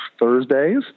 Thursdays